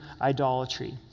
idolatry